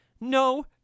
No